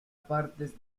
partes